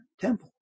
temple